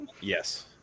Yes